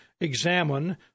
examine